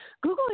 Google